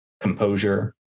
composure